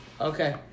Okay